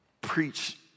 preach